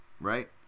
right